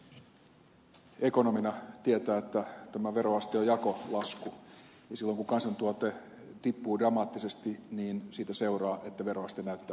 sasi ekonomina tietää että tämä veroaste on jakolasku ja silloin kun kansantuote tippuu dramaattisesti siitä seuraa että veroaste näyttää nousevan